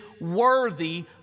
worthy